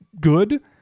good